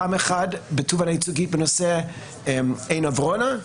פעם אחת בתובענה ייצוגית בנושא עין עברונה,